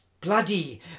bloody